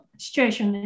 situation